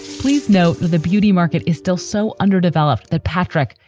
please note the beauty market is still so underdeveloped that patrick,